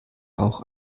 auch